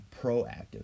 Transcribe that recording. proactive